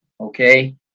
Okay